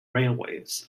railways